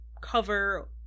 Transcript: cover